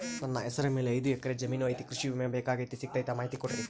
ನನ್ನ ಹೆಸರ ಮ್ಯಾಲೆ ಐದು ಎಕರೆ ಜಮೇನು ಐತಿ ಕೃಷಿ ವಿಮೆ ಬೇಕಾಗೈತಿ ಸಿಗ್ತೈತಾ ಮಾಹಿತಿ ಕೊಡ್ರಿ?